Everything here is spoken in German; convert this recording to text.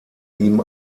ihm